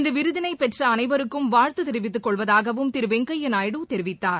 இந்தவிருதினைபெற்றஅனைவருக்கும் வாழ்த்துதெரிவித்துக் கொள்வதாகவும் திருவெங்கப்பநாயுடு தெரிவித்தார்